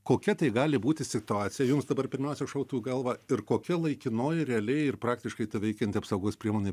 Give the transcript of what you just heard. kokia tai gali būti situacija jums dabar pirmiausia šautų į galvą ir kokia laikinoji realiai ir praktiškai ta veikianti apsaugos priemonė